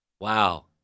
Wow